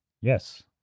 yes